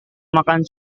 makan